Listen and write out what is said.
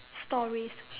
stories